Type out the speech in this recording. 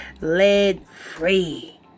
lead-free